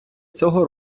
цього